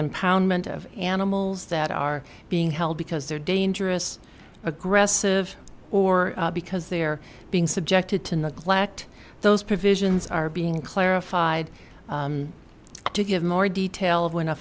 impoundment of animals that are being held because they're dangerous aggressive or because they're being subjected to neglect those provisions are being clarified to give more detail of when a